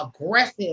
aggressive